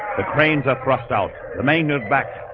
the cranes are thrust out the maynard back,